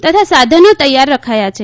તથા સાધનો તૈયાર રખાયાં છે